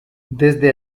desde